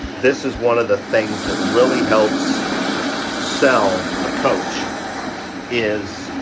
this is one of the things that really helps sell a coach is